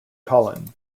colin